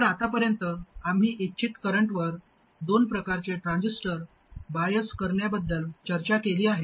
तर आतापर्यंत आम्ही इच्छित करंटवर दोन प्रकारचे ट्रान्झिस्टर बाईस करण्याबद्दल चर्चा केली आहे